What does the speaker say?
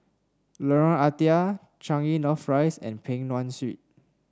Lorong Ah Thia Changi North Rise and Peng Nguan Street